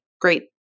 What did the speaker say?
great